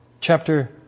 chapter